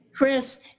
Chris